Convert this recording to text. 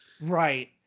Right